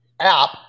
app